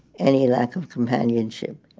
any lack of companionship.